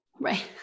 Right